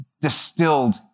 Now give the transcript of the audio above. distilled